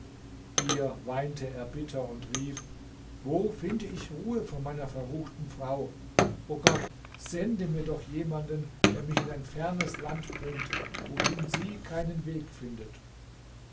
hier weinte er bitter und rief wo finde ich ruhe vor meiner verruchten frau o gott sende mir doch jemanden der mich in ein fernes land bringt wohin sie keinen weg findet